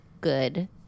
good